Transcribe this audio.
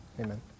Amen